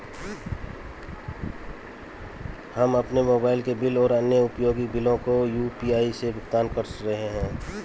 हम अपने मोबाइल के बिल और अन्य उपयोगी बिलों को यू.पी.आई से भुगतान कर रहे हैं